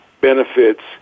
benefits